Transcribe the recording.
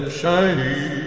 shiny